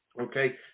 Okay